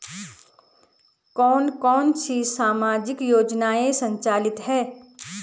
कौन कौनसी सामाजिक योजनाएँ संचालित है?